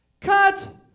Cut